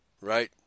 right